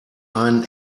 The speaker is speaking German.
einen